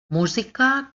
música